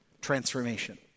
transformation